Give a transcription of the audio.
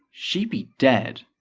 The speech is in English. she'd be dead.